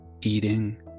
eating